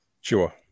Sure